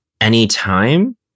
anytime